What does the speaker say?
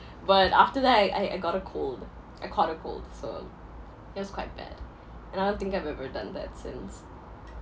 but after that I I I got a cold I caught a cold so it was quite bad and I don't think I've ever done that since